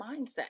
mindset